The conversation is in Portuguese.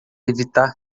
evitar